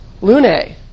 lune